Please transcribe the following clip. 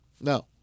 No